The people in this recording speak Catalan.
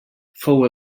fou